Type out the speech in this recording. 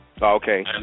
Okay